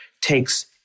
takes